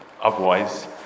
Otherwise